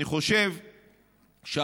אני חושב שהמהפכה